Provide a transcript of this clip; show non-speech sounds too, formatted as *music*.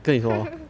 *laughs*